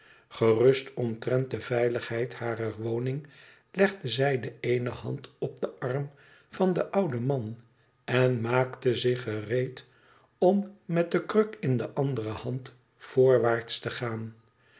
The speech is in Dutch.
gerust omtrent de veiligheid harer woning legde zij de ééne hand op den arm van den ouden man en maakte zich gereed om met de kruk in de andere hand voorwaarts te gaan